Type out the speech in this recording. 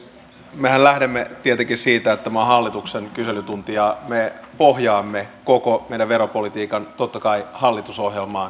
me lähdemme ja teki siitä että maan hallituksen kyselytuntia me ohjaamme koko hänen veropolitiikan tottakai hallitusohjelmaan